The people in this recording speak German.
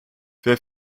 wer